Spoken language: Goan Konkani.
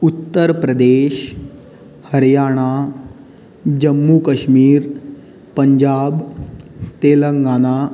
उत्तर प्रदेश हरियाणा जम्मू कश्मीर पंजाब तेलंगाना